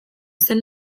zen